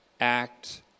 act